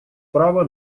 право